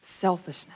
Selfishness